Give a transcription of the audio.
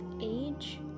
age